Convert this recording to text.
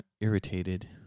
irritated